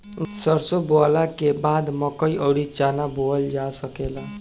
सरसों बोअला के बाद मकई अउर चना बोअल जा सकेला